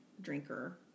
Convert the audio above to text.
drinker